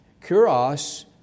kuros